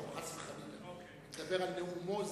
חס וחלילה, אני מדבר על נאומו זה,